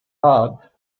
hard